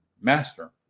Master